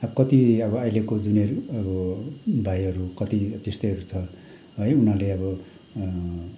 अब कति अब अहिलेको जुनियर अब भाइहरू कति त्यस्तैहरू छ है उनीहरूले अब